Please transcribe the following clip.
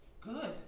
Good